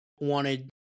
wanted